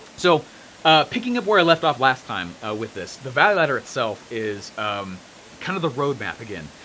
so picking up where i left off last time with this, the value ladder itself is kind of the roadmap again.